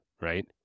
right